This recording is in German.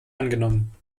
angenommen